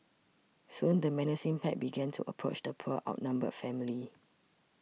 soon the menacing pack began to approach the poor outnumbered family